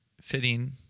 fitting